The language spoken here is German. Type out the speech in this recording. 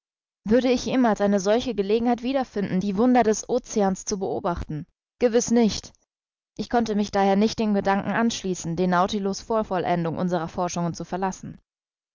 würde ich jemals eine solche gelegenheit wieder finden die wunder des oceans zu beobachten gewiß nicht ich konnte mich daher nicht dem gedanken anschließen den nautilus vor vollendung unserer forschungen zu verlassen